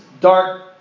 dark